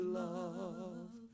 love